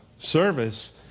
service